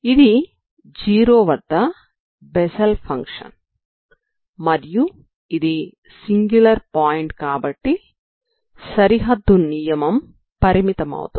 ఇది 0 వద్ద Bessel function మరియు ఇది సింగ్యులర్ పాయింట్ కాబట్టి సరిహద్దు నియమం పరిమితమవుతుంది